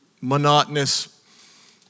monotonous